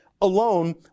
alone